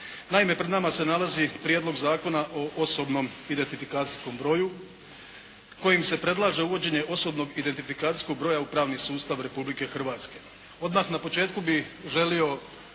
Naime, pred nama se nalazi Prijedlog zakona o osobnom identifikacijskom broju kojim se predlaže uvođenje osobnog identifikacijskog broja u pravni sustav Republike Hrvatske. Odmah na početku bih želio